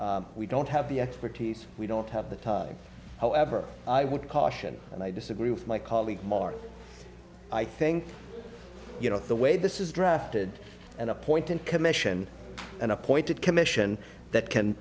director we don't have the expertise we don't have the time however i would caution and i disagree with my colleague mark i think you know the way this is drafted and appointed commission and appointed commission that can